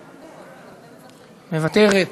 מוותרת.